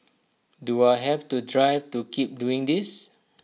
do I have the drive to keep doing this